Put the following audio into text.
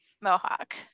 mohawk